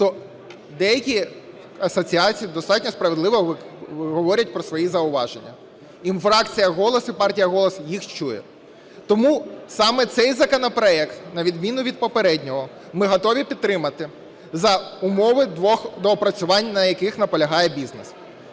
то деякі асоціації достатньо справедливо говорять про свої зауваження і фракція "Голос" і партія "Голос" їх чує. Тому саме цей законопроект, на відміну від попереднього, ми готові підтримати за умови двох доопрацювань, на яких наполягає бізнес.